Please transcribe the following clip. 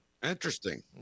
Interesting